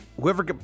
whoever